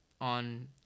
on